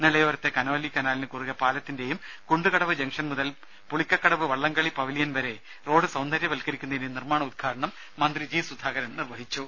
നിളയോരത്തെ Canoli കനാലിന് കുറുകെ പാലത്തിന്റെയും കുണ്ടുകടവ് ജങ്ഷൻ മുതൽ പുളിക്കക്കടവ് വള്ളംകളി പവിലിയൻ വരെ റോഡ് സൌന്ദര്യവൽക്കരിക്കുന്നതിന്റെയും നിർമാണ ഉദ്ഘാടനം മന്ത്രി ജി സുധാകരൻ വീഡിയോ കോൺഫറൻസ് വഴി നിർവഹിച്ചു